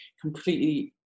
completely